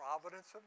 providence